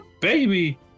baby